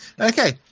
Okay